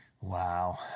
Wow